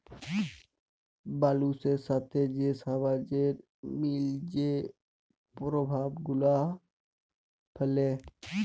মালুসের সাথে যে সমাজের মিলে যে পরভাব গুলা ফ্যালে